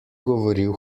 govoril